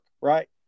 Right